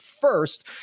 first